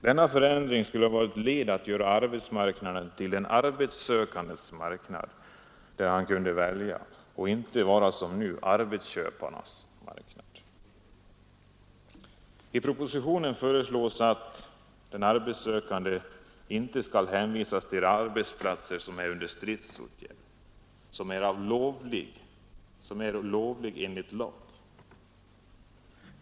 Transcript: Denna förändring vore ett led att göra arbetsmarknaden till den arbetssökandes marknad, där han kunde välja, och inte som nu arbetsköparens marknad. I propositionen föreslås att den arbetssökande inte skall hänvisas till arbetsplats som är under stridsåtgärd, tillåten enligt lag.